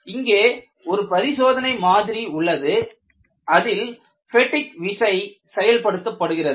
இங்கே ஒரு பரிசோதனை மாதிரி உள்ளது அதில் பெட்டிக் விசை செயல்படுத்தப்படுகிறது